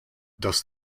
does